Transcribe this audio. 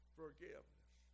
forgiveness